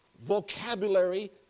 vocabulary